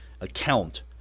account